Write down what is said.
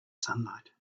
sunlight